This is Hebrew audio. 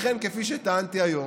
לכן, כפי שטענתי היום,